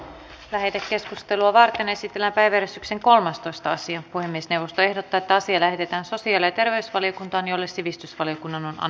lähetekeskustelua varten esitellään päiväjärjestyksen kolmastoista sija voimistelusta erotetaan siinä ehditään vielä terveysvaliokuntaan jolle sivistysvaliokunnan on